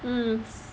um